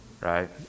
Right